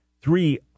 three